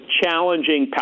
challenging